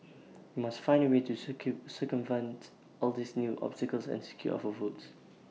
we must find A way to circumvent all these new obstacles and secure our votes